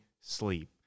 sleep